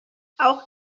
auch